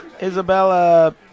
Isabella